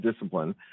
discipline